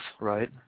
right